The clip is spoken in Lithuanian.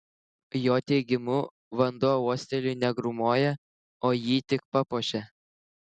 jo teigimu vanduo uosteliui negrūmoja o jį tik papuošia